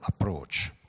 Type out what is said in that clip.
approach